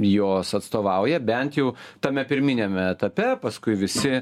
jos atstovauja bent jau tame pirminiame etape paskui visi